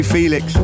Felix